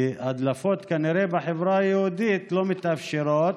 כי הדלפות בחברה היהודית כנראה לא מתאפשרות,